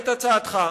הצעתך,